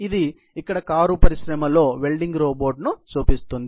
ఇది ఇక్కడ కారు పరిశ్రమలో వెల్డింగ్ రోబోట్ను చూపిస్తుంది